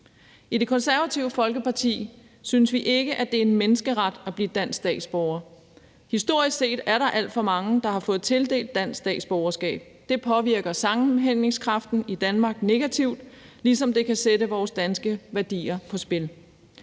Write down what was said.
I Det Konservative Folkeparti synes vi ikke, at det er en menneskeret at blive dansk statsborger. Historisk set er der alt for mange, der har fået tildelt dansk statsborgerskab. Det påvirker sammenhængskraften i Danmark negativt, ligesom det kan sætte vores danske værdier på spil.